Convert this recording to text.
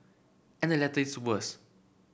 and the latter is worse